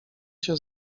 się